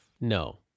no